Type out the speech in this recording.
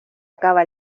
acaba